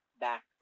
back